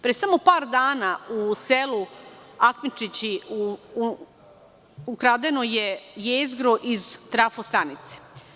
Pre samo par dana u selu Apičići ukradeno je jezgro iz trafostanice.